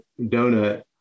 donut